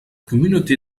communauté